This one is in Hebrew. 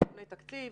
יש דיוני תקציב,